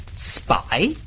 Spy